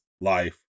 life